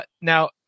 Now